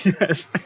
Yes